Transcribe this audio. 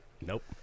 Nope